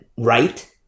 right